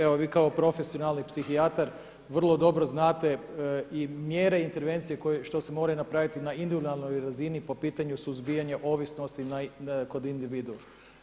Evo vi kao profesionalni psihijatar vrlo dobro znate i mjere intervencije što se moraju napraviti na individualnoj razini po pitanju suzbijanja ovisnosti kod individua.